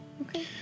Okay